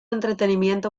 entretenimiento